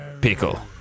Pickle